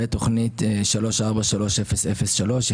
ותוכנית 343003,